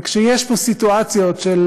וכשיש פה סיטואציות של